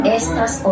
estas